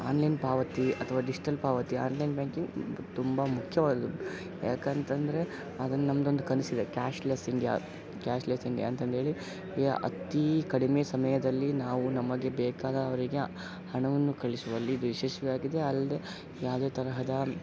online ಪಾವತಿ ಅಥವಾ digital ಪಾವತಿ ಆನ್ಲೈನ್ ಬ್ಯಾಂಕಿಂಗ್ ತುಂಬ ಮುಖ್ಯವಾದದ್ದು ಏಕಂತಂದ್ರೆ ಅದೊಂದ್ ನಂದೊಂದು ಕನಸ್ಸಿದೆ ಕ್ಯಾಶ್ಲೆಸ್ ಇಂಡಿಯಾ ಕ್ಯಾಶ್ಲೆಸ್ ಇಂಡಿಯಾ ಅಂತಂದು ಹೇಳಿ ಈ ಅತಿ ಕಡಿಮೆ ಸಮಯದಲ್ಲಿ ನಾವು ನಮಗೆ ಬೇಕಾದವರಿಗೆ ಹಣವನ್ನು ಕಳಿಸುವಲ್ಲಿ ಯಶಸ್ವಿಯಾಗಿದೆ ಅಲ್ದೇ ಯಾವುದೇ ತರಹದ